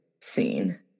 scene